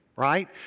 right